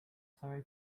very